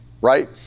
right